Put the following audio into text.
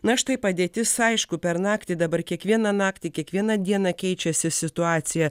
na štai padėtis aišku per naktį dabar kiekvieną naktį kiekvieną dieną keičiasi situacija